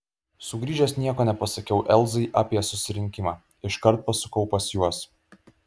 sugrįžęs nieko nepasakiau elzai apie susirinkimą iškart pasukau pas juos